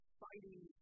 fighting